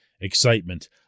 excitement